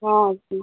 ହଁ ଅଛି